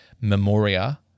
memoria